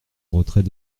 retrait